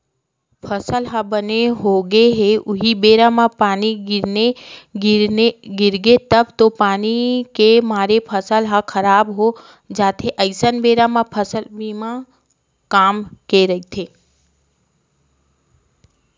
फसल ह बने होगे हे उहीं बेरा म पानी गिरगे तब तो पानी के मारे फसल ह खराब हो जाथे अइसन बेरा म फसल बीमा काम के रहिथे